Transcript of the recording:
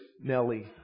Nelly